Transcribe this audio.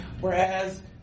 Whereas